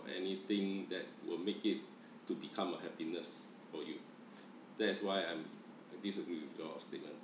and anything that will make it to become a happiness for you that's why I'm disagreed with your statement